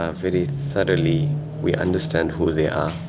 ah very thoroughly we understand who they are,